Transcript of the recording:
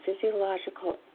physiological